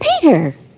peter